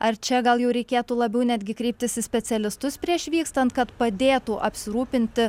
ar čia gal jau reikėtų labiau netgi kreiptis į specialistus prieš vykstant kad padėtų apsirūpinti